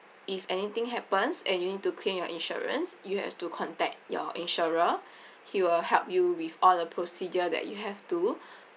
if anything happens and you need to claim your insurance you have to contact your insurer he will help you with all the procedure that you have to